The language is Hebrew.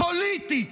פוליטית,